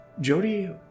Jody